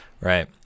right